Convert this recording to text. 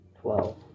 Twelve